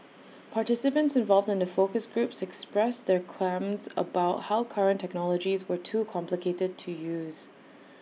participants involved in the focus groups expressed their qualms about how current technologies were too complicated to use